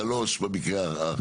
שלושה במקרה הרע.